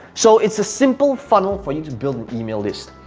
so it's a simple funnel for you to build an email list.